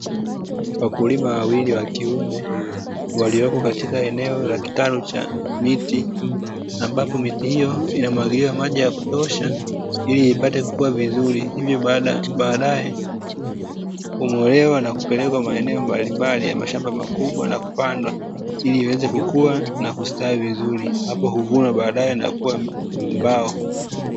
Wakulima wawili wa kiume walioko katika eneo la kitalu cha miti, ambapo miti hiyo inamwagiliwa maji ya kutosha ili ipate kukua vizuri. Hivyo baadaye hung'olewa na kupelekwa maeneo mbalimbali ya mashamba makubwa na kupandwa, ili iweze kukua na kusitawi vizuri, ambapo huvunwa baadyae na kuwa mbao.